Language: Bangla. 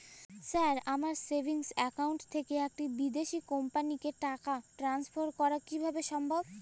স্যার আমার সেভিংস একাউন্ট থেকে একটি বিদেশি কোম্পানিকে টাকা ট্রান্সফার করা কীভাবে সম্ভব?